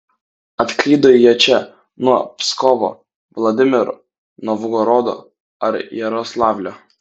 atklydo jie čia nuo pskovo vladimiro novgorodo ar jaroslavlio